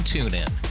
TuneIn